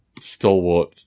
stalwart